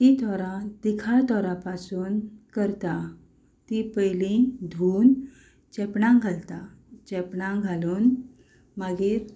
तीं तोरां पिकाळ तोरां पासून करता तीं पयलीं धुवून चेपणांक घालता चेपणांक घालून मागीर